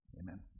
amen